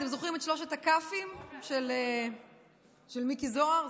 אתם זוכרים את שלוש הכ"פים של מיקי זוהר?